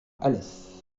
alès